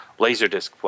laserdisc